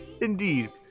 indeed